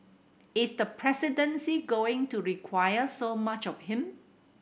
is the presidency going to require so much of him